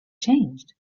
changed